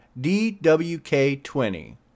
DWK20